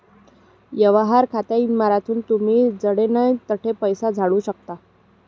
यवहार खातामझारथून तुमी जडे नै तठे पैसा धाडू शकतस